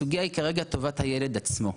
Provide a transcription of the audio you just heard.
הסוגייה כרגע היא טובת הילד עצמו.